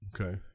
Okay